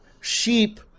sheep